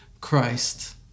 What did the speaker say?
Christ